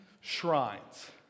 shrines